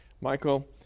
Michael